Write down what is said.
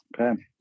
Okay